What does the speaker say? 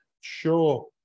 sure